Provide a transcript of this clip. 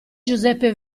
giuseppe